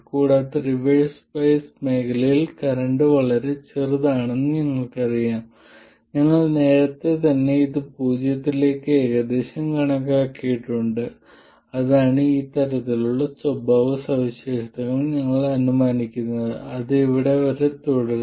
കൂടാതെ reverse bias മേഖലയിൽ current വളരെ ചെറുതാണെന്ന് ഞങ്ങൾക്കറിയാം ഞങ്ങൾ നേരത്തെ തന്നെ ഇത് പൂജ്യത്തിലേക്ക് ഏകദേശം കണക്കാക്കിയിട്ടുണ്ട് അതാണ് ഈ തരത്തിലുള്ള സ്വഭാവസവിശേഷതകൾ ഞങ്ങൾ അനുമാനിക്കുന്നത് അത് ഇവിടെ വരെ തുടരാം